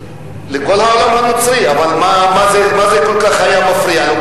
לכל העולם הנוצרי, אבל מה זה היה כל כך מפריע לו?